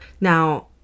Now